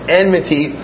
enmity